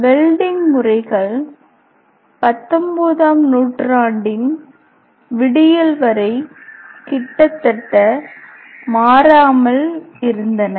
welding முறைகள் 19 ஆம் நூற்றாண்டின் விடியல் வரை கிட்டத்தட்ட மாறாமல் இருந்தன